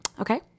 Okay